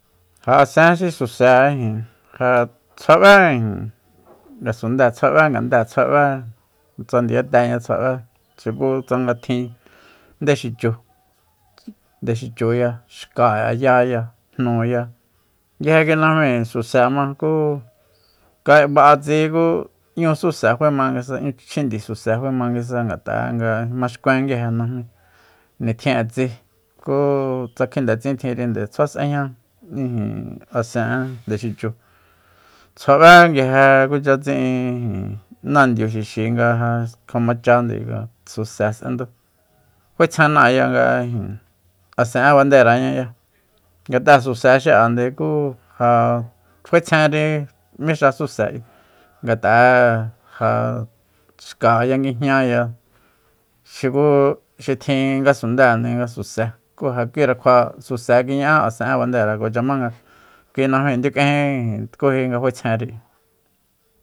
Ja asen xi suse ja tsjua b'é ijin ngasundée tsjua b'é ngande tsjua b'é tsa ndiyateña tsjua b'é tsanga tjin ndexichu ndexichuya xka'e yáya jnuya nguije kui najmíi suse ma ku ka ba'a tsi ku 'ñu suse nguisa faema chjindi suse fama nguisa ngat'a'e nga maxkuen nguije najmíi nitjin'e tsi ku tsa kjindetsin tjinri tsjua s'ejña ijin asen'e ndexichu tsjua b'é nguije kucha tsi'in ijin nandiu xixi nga ja kjuama chande nga suse s'endu faetsjena áaya nga ijin asen'e banderañaya ngat'a suse xi'ande ku ja faetsjenri míxa suse ayi ngat'a'e ja xkaya nguijñaya xuku xi tjin ngasundéende nga suse ku ja kuira kjua suse kiña'á asen'e bandera kuacha ma nga kui najmi ndiu k'ejin ijin tkuji nga faetsjenri